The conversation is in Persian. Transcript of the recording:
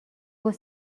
گفت